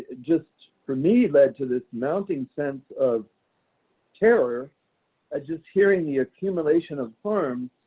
just, for me, led to this mounting sense of terror at just hearing the accumulation of harm